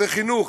זה חינוך,